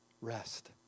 rest